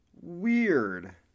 weird